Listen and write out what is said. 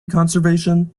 conservation